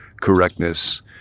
correctness